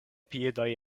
piedoj